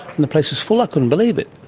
and the place was full. i couldn't believe it.